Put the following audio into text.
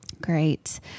Great